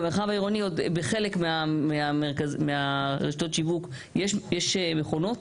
גם במרחב העירוני בחלק מרשתות השיווק יש מכונות,